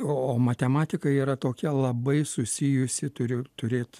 o matematika yra tokia labai susijusi turi turėt